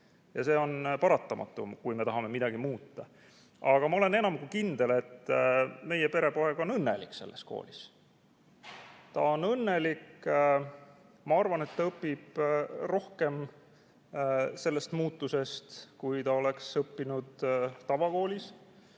ja see on paratamatu, kui me tahame midagi muuta. Aga ma olen enam kui kindel, et meie perepoeg on selles koolis õnnelik. Ta on õnnelik. Ma arvan, et ta õpib selle muutuse tõttu rohkem, kui ta oleks õppinud tavakoolis.